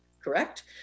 correct